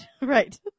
Right